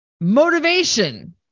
motivation